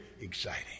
exciting